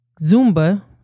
Zumba